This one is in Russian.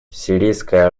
сирийская